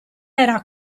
era